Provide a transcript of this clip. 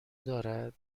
دارد